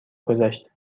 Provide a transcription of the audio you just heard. گذشت